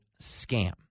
scam